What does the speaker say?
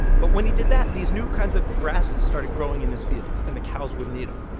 but when he did that, these new kinds of grasses started growing in his fields, and the cows wouldn't eat them.